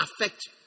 affect